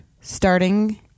starting